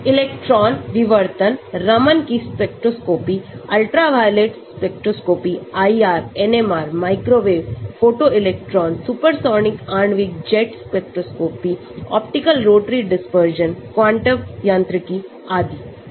electron विवर्तन रमन की spectroscopy Ultraviolet spectroscopy IR NMR microwave Photoelectron supersonic आणविक jet spectroscopy optical rotary Dispersion quantum यांत्रिकी आदि